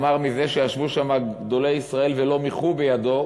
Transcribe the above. אמר: מזה שישבו שם גדולי ישראל ולא מיחו בידו,